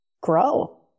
grow